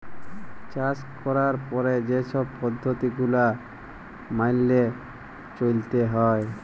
চাষ ক্যরার পরে যে ছব পদ্ধতি গুলা ম্যাইলে চ্যইলতে হ্যয়